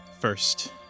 first